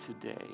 today